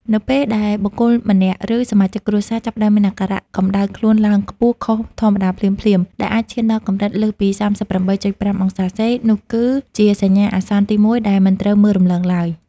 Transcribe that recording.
នៅពេលដែលបុគ្គលម្នាក់ ឬសមាជិកគ្រួសារចាប់ផ្តើមមានអាការៈកម្ដៅខ្លួនឡើងខ្ពស់ខុសធម្មតាភ្លាមៗ ដែលអាចឈានដល់កម្រិតលើសពី ៣៨.៥ អង្សាសេ នោះគឺជាសញ្ញាអាសន្នទីមួយដែលមិនត្រូវមើលរំលងឡើយ។